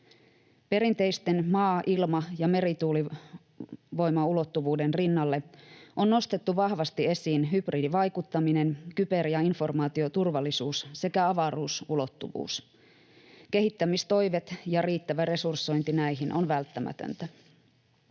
Perinteisen maa‑, ilma‑ ja merivoimaulottuvuuden rinnalle on nostettu vahvasti esiin hybridivaikuttaminen, kyber‑ ja informaatioturvallisuus sekä avaruusulottuvuus. Kehittämistoimet ja riittävä resursointi näihin ovat välttämättömiä.